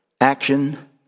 action